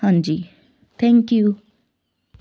ਹਾਂਜੀ thank you